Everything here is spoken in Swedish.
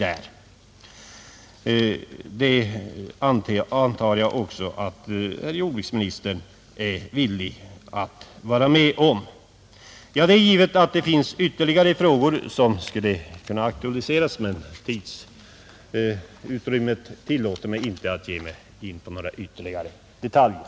Jag förutsätter också att jordbruksministern är villig att medverka härtill. Herr talman! Det finns naturligtvis flera frågor som jag skulle kunna ta upp i detta sammanhang, men tiden tillåter inte att jag går in på ytterligare detaljer.